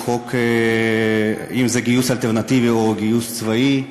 אם גיוס אלטרנטיבי או גיוס צבאי.